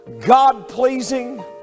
God-pleasing